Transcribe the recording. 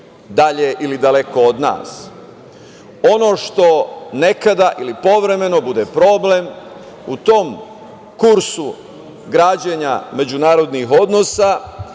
dalje ili daleko od nas. Ono što nekada ili povremeno bude problem, u tom kursu građenja međunarodnih odnosa,